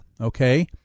Okay